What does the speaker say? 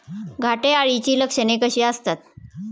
घाटे अळीची लक्षणे कशी असतात?